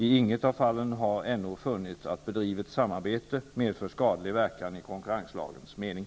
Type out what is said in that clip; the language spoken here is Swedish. I inget av fallen har NO funnit att bedrivet samarbete medför skadlig verkan i konkurrenslagens mening.